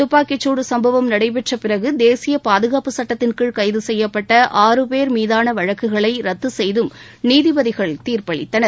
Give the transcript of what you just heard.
துப்பாக்கி சூடு சம்பவம் நடைபெற்ற பிறகு தேசிய பாதுகாப்பு சட்டத்தின் கீழ் கைது செய்யப்பட்ட ஆறு பேர் மீதான வழக்குகளை ரத்து செய்தும் நீதிபதிகள் தீர்ப்பளித்தனர்